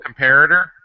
comparator